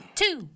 two